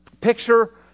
picture